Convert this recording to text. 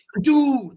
dude